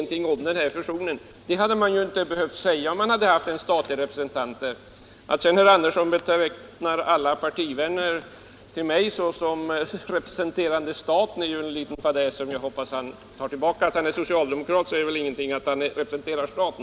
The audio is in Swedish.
Det hade man inte behövt svara om man haft en statlig representant. Att sedan herr Andersson betecknade alla partivänner till mig som representanter för staten är en liten fadäs som jag hoppas att han tar tillbaka. Att en person är socialdemokrat säger väl inte att han representerar staten!